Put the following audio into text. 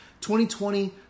2020